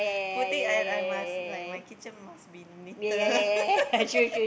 put it I I must like my kitchen must be neater